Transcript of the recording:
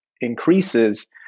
increases